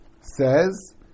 says